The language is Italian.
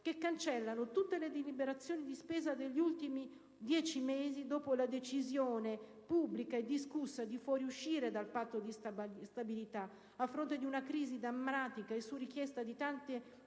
che cancellano tutte le delibere di spesa degli ultimi dieci mesi dopo la decisione, pubblica e discussa, di fuoriuscire dal Patto di stabilità, a fronte di una crisi drammatica e su richiesta di tante